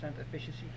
efficiency